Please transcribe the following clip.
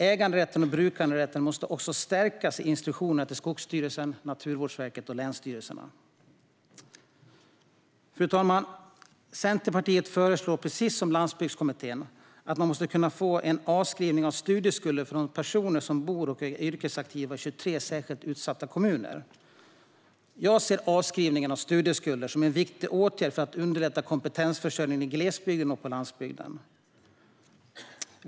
Äganderätten och brukanderätten måste också stärkas i instruktionerna till Skogsstyrelsen, Naturvårdsverket och länsstyrelserna. Fru talman! Centerpartiet föreslår, precis som Landsbygdskommittén, att personer som bor och är yrkesaktiva i 23 särskilt utsatta kommuner måste kunna få en avskrivning av studieskulder. Jag ser avskrivning av studieskulder som en viktig åtgärd för att underlätta kompetensförsörjning i glesbygden och på landsbygden.